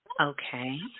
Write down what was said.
Okay